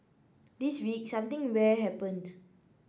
this week something rare happened